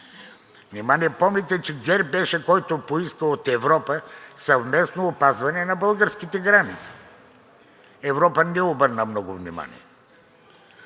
Нима не помните, че ГЕРБ беше, който поиска от Европа съвместно опазване на българските граници. Европа не ни обърна много внимание.